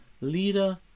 leader